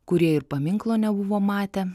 kurie ir paminklo nebuvo matę